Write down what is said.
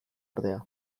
ordea